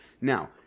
Now